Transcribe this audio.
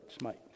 smite